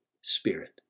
spirit